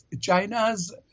China's